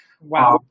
Wow